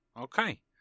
Okay